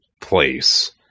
place